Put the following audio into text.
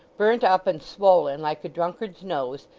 burnt up and swollen like a drunkard's nose,